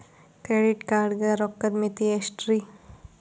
Credit card ಗ ರೋಕ್ಕದ್ ಮಿತಿ ಎಷ್ಟ್ರಿ?